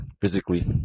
physically